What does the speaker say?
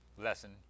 lesson